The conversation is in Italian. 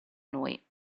noi